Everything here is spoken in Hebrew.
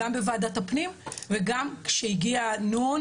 גם בוועדת הפנים וגם כשהגיעה "נ",